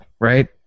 right